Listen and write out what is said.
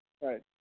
Right